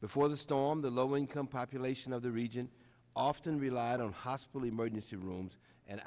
before the storm the low income population of the region often relied on hospital emergency rooms and